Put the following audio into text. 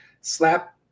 slap